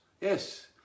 yes